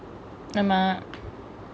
ஆமா:aamaa